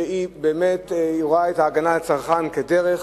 שבאמת רואה את ההגנה על הצרכן כדרך,